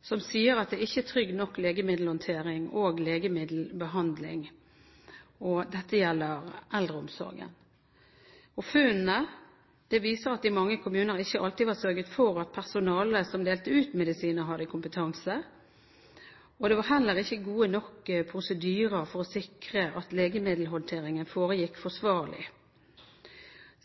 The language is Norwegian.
som sier at det ikke er trygg nok legemiddelhåndtering og legemiddelbehandling. Dette gjelder eldreomsorgen. Funnene viser at det i mange kommuner ikke alltid var sørget for at personalet som delte ut medisiner, hadde kompetanse. Det var heller ikke gode nok prosedyrer for å sikre at legemiddelhåndteringen foregikk forsvarlig.